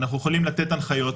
אנחנו יכולים לתת הנחיות,